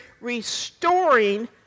restoring